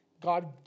God